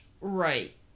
Right